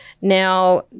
Now